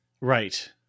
Right